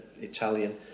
Italian